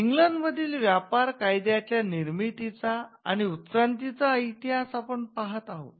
England मधील व्यापार कायद्याच्या निर्मितीचा आणि उत्क्रांतीचा इतिहास आपण पाहत आहोत